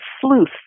sleuth